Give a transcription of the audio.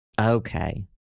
Okay